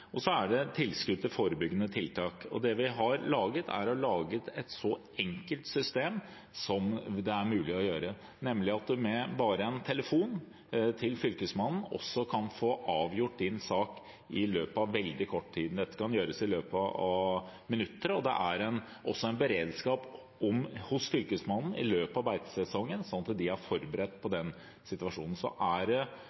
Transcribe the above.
og så er det tilskudd til forebyggende tiltak. Vi har laget et så enkelt system som mulig, nemlig at man bare med en telefon til Fylkesmannen kan få avgjort saken i løpet av veldig kort tid. Dette kan gjøres i løpet av minutter. Det er også en beredskap hos Fylkesmannen i løpet av beitesesongen, sånn at de er forberedt på